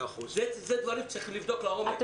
אלה דברים שצריך לבדוק לעומק.